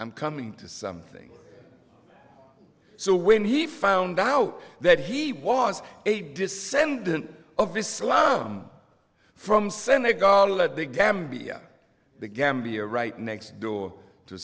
i'm coming to something so when he found out that he was a descendant of islam from senegal at the gambia the gambia right next door to